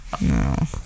No